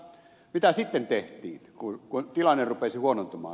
mitä sitten tehtiin kun tilanne rupesi huonontumaan